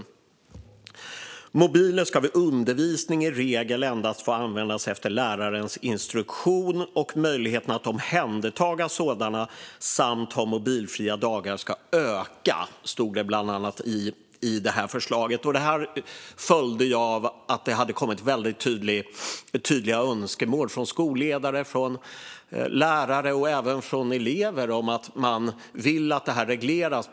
I detta förslag stod bland annat: Mobiler ska vid undervisning i regel endast få användas efter lärarens instruktion, och möjligheten att omhändertaga sådana samt ha mobilfria dagar ska öka. Jag hade följt att det hade kommit väldigt tydliga önskemål från skolledare, från lärare och även från elever att de vill att detta regleras.